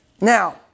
Now